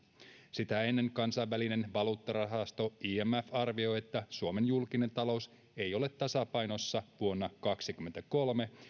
sitä ennen kansainvälinen valuuttarahasto imf arvioi että suomen julkinen talous ei ole tasapainossa vuonna kaksikymmentäkolme